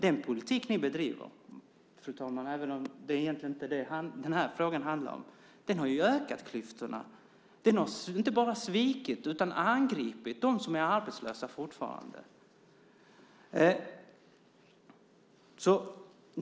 Den politik ni bedriver, även om den här frågan inte handlar om det, fru talman, har ju ökat klyftorna. Den har inte bara svikit utan angripit dem som är fortfarande är arbetslösa.